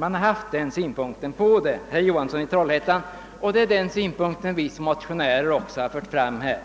Det är den synpunkt som tidigare anlagts, herr Johansson i Trollhättan, och det är även den synpunkt vi motionärer fört fram. Herr